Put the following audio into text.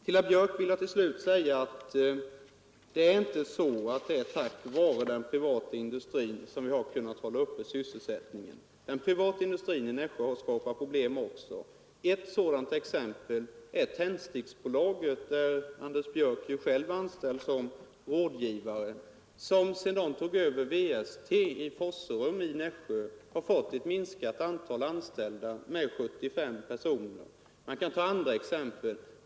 Till herr Björck i Nässjö vill jag säga att det inte är tack vare den privata industrin som vi kunnat hålla sysselsättningen uppe i Nässjö. Den privata industrin där har också skapat problem. Ett exempel på det är Tändsticksbolaget, där Anders Björck ju själv är anställd som rådgivare. När det företaget tog över WST i Forserum, minskade antalet anställda i Nässjö med 75 personer. Och jag kan ta andra exempel.